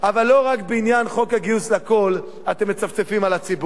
אבל לא רק בעניין חוק הגיוס לכול אתם מצפצפים על הציבור.